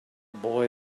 boy